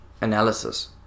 analysis